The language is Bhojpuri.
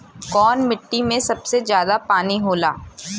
कौन मिट्टी मे सबसे ज्यादा पानी होला?